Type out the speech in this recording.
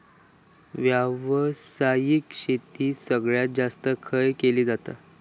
व्यावसायिक शेती सगळ्यात जास्त खय केली जाता?